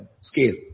scale